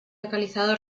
localizado